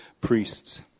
priests